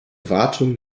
wartung